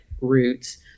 roots